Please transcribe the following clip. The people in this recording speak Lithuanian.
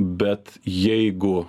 bet jeigu